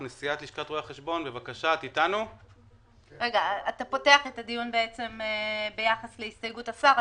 אתה פותח את הדיון ביחס להסתייגות השר.